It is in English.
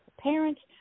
Parents